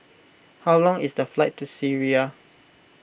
how long is the flight to Syria